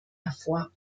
hervor